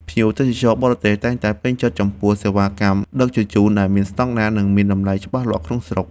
ភ្ញៀវទេសចរបរទេសតែងតែពេញចិត្តចំពោះសេវាកម្មដឹកជញ្ជូនដែលមានស្ដង់ដារ និងមានតម្លៃច្បាស់លាស់ក្នុងស្រុក។